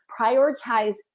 prioritize